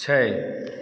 छओ